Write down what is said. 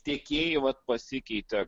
tiekėjai vat pasikeitė